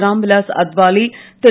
Ramvilas Athawale Thiru